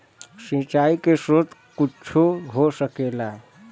सिंचाइ के स्रोत कुच्छो हो सकेला